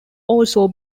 also